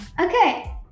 Okay